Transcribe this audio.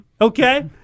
Okay